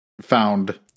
found